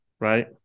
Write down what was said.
Right